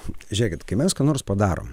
žiūrėkit kai mes ką nors padarom